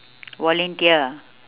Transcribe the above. volunteer